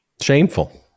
Shameful